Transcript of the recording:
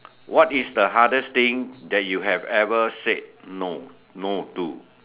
what is the hardest thing that you have ever said no to